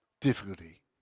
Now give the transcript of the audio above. Difficulty